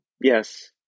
Yes